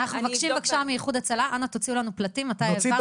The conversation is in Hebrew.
אנחנו מבקשים בבקשה מאיחוד הצלה: אנא תוציאו לנו פלטים מתי העברתם.